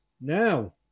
now